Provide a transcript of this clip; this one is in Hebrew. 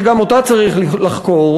שגם אותה צריך לחקור,